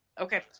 okay